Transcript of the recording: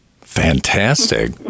Fantastic